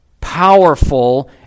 powerful